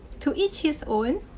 to each his own.